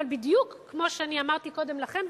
אבל בדיוק כמו שאמרתי קודם לכן,